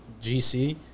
gc